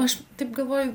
aš taip galvoju